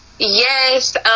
yes